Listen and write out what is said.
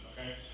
Okay